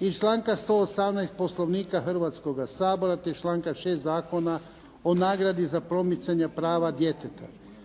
i članka 118. Poslovnika Hrvatskoga sabora, te članka 6. Zakona o nagradi za promicanja prava djeteta.